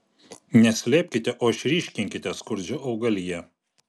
ne slėpkite o išryškinkite skurdžią augaliją